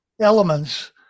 elements